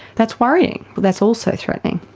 that's worrying, that's also threatening.